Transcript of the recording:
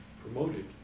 promoted